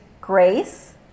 grace